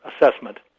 assessment